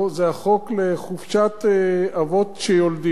זה החוק לחופשת אבות שיולדים.